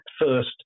first